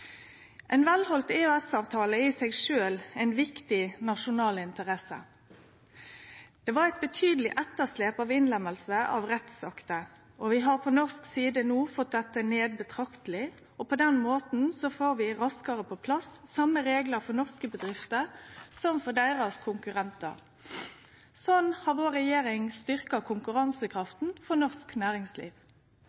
Ein velhalden EØS-avtale har i seg sjølv ei viktig nasjonal interesse. Det var eit betydeleg etterslep av innlemming av rettsakter. Vi har på norsk side no fått dette ned betrakteleg, og på den måten får vi raskare på plass same reglar for norske bedrifter som dei som gjeld for deira konkurrentar. Sånn har vår regjering styrka